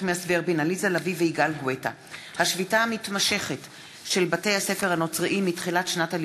ואכרם חסון בנושא: עתיד בית-הספר התיכון רבין בקריית-ים,